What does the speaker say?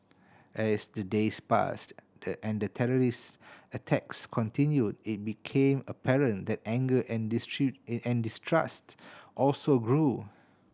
as the days passed and the terrorist attacks continued it became apparent that anger and and distrust also grew